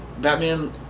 Batman